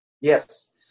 Yes